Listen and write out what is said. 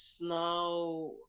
now